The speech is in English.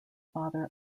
father